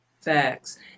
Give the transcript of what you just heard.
Facts